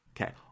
Okay